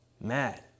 mad